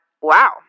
Wow